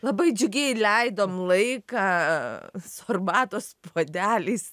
labai džiugiai leidom laiką su arbatos puodeliais